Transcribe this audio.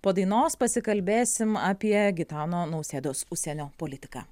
po dainos pasikalbėsim apie gitano nausėdos užsienio politiką